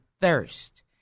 thirst